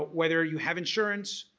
whether you have insurance,